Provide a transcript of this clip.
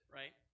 right